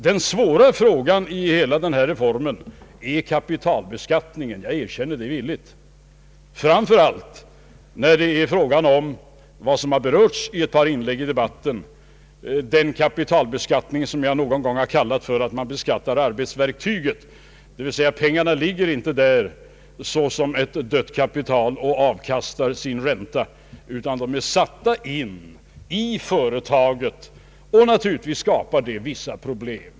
Den svåra frågan i hela den här reformen är kapitalbeskattningen, det erkänner jag villigt. Framför allt gäller detta, som också har berörts i ett par inlägg i debatten, den kapitalbeskattning som jag någon gång har kallat för att beskatta arbetsverktyget, d. v. s. pengarna ligger inte där som ett dött kapital och avkastar ränta, utan de är insatta i företaget, och detta skapar naturligtvis vissa problem.